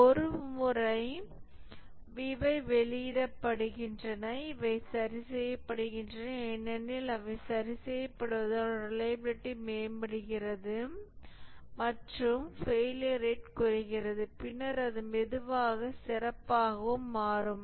ஒருமுறை இவை வெளியிடப்படுகின்றன இவை சரி செய்யப்படுகின்றன ஏனெனில் அவை சரி செய்யப்படுவதால் ரிலையபிலிடி மேம்படுகிறது மற்றும் ஃபெயிலியர் ரேட் குறைகிறது பின்னர் அது மெதுவாக சிறப்பாகவும் மாறும்